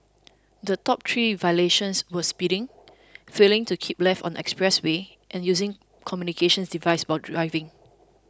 the top three violations were speeding failing to keep left on the expressway and using communications devices while driving